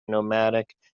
nomadic